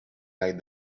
like